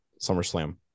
SummerSlam